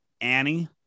Annie